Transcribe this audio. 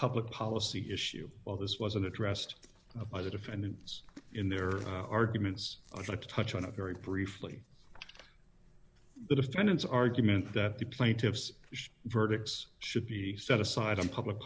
public policy issue well this wasn't addressed by the defendants in their arguments i'd like to touch on a very briefly the defendant's argument that the plaintiffs verdicts should be set aside on public